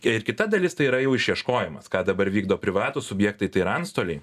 ir kita dalis tai yra jau išieškojimas ką dabar vykdo privatūs subjektai tai yra antstoliai